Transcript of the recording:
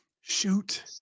Shoot